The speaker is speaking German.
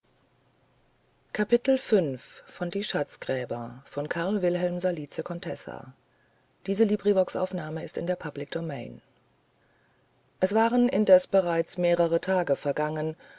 es waren indes bereits mehrere tage vergangen